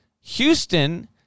Houston